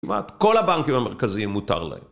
כמעט. כל הבנקים המרכזיים מותר להם.